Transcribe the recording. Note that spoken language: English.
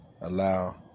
allow